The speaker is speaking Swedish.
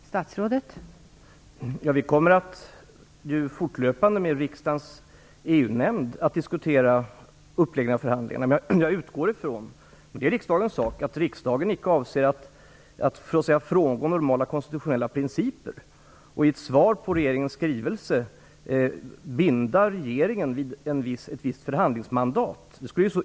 Fru talman! Vi kommer fortlöpande att med riksdagens EU-nämnd diskutera uppläggningen av förhandlingarna. Men jag utgår från - men detta är riksdagens sak - att riksdagen icke avser att frångå normala konstitutionella principer och i ett svar på regeringens skrivelse binda regeringen vid ett visst förhandlingsmandat.